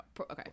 Okay